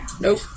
Nope